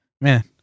Man